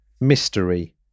mystery